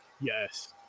yes